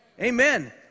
Amen